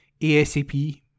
ASAP